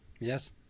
yes